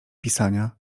pisania